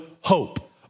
hope